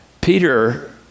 Peter